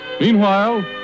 Meanwhile